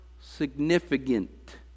significant